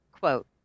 quote